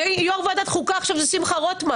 יושב ראש ועדת החוקה עכשיו הוא שמחה רוטמן